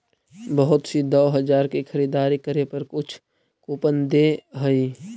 बहुत सी दो हजार की खरीदारी करे पर कुछ कूपन दे हई